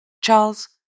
Charles